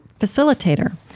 facilitator